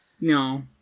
No